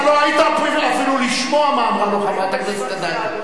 אתה לא היית אפילו לשמוע מה אמרה לו חברת הכנסת אדטו.